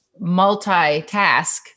multitask